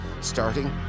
starting